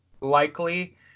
likely